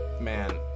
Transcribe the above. Man